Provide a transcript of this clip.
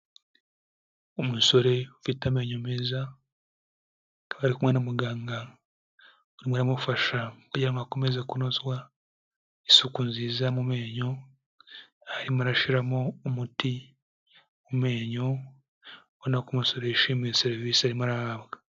Umusore ufite amenyo meza akaba ari kumwe na muganga, urimo uramufasha kugira ngo hakomeze kunozwa isuku nziza yo mu menyo, aho arimo arashiramo umuti mu menyo, ubona ko umusore yishimiye serivisi arimo arahabwa.